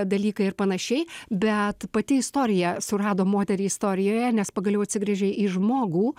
dalykai ir panašiai bet pati istorija surado moterį istorijoje nes pagaliau atsigręžia į žmogų